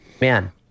Man